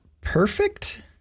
perfect